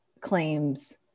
claims